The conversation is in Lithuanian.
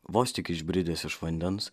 vos tik išbridęs iš vandens